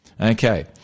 Okay